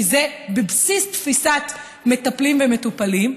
כי זה בבסיס תפיסת מטפלים ומטופלים,